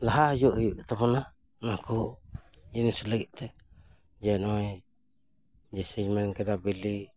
ᱞᱟᱦᱟ ᱦᱤᱡᱩᱜ ᱦᱩᱭᱩᱜ ᱛᱟᱵᱚᱱᱟ ᱱᱚᱣᱟ ᱠᱚ ᱡᱤᱱᱤᱥ ᱞᱟᱹᱜᱤᱫ ᱛᱮ ᱡᱮ ᱱᱚᱜᱼᱚᱭ ᱡᱮᱥᱮᱧ ᱢᱮᱱ ᱠᱮᱫᱟ ᱵᱤᱞᱤ